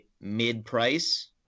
mid-price